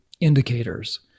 indicators